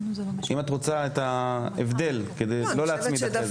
אם את רוצה את ההבדל, כדי לא להצמיד לא.